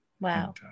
Wow